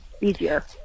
easier